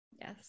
Yes